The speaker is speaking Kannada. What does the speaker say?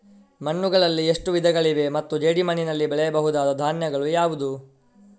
ಮಣ್ಣುಗಳಲ್ಲಿ ಎಷ್ಟು ವಿಧಗಳಿವೆ ಮತ್ತು ಜೇಡಿಮಣ್ಣಿನಲ್ಲಿ ಬೆಳೆಯಬಹುದಾದ ಧಾನ್ಯಗಳು ಯಾವುದು?